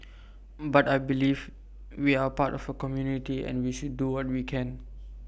but I believe we are part of A community and we should do what we can